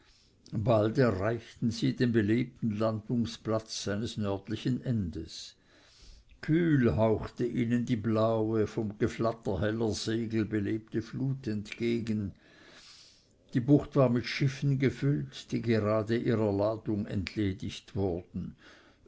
bald erreichten sie den belebten landungsplatz seines nördlichen endes kühl hauchte ihnen die blaue vom geflatter heller segel belebte flut entgegen die bucht war mit schiffen gefüllt die gerade ihrer ladung entledigt wurden